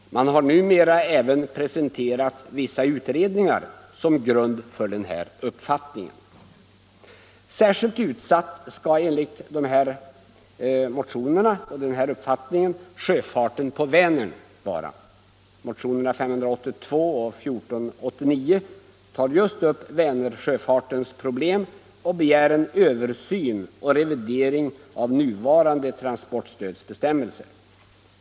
Man har numera även presenterat vissa utredningar som grund för denna uppfattning. Särskilt utsatt skall enligt motionerna och den här framförda uppfattningen sjöfarten på Vänern vara. Motionerna 582 och 1489 tar just upp Vänersjöfartens problem och begär en översyn och revidering av nuvarande transportstödsbestämmelser.